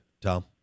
Tom